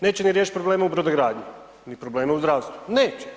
Neće ni riješiti probleme u brodogradnji ni problem u zdravstvu, neće.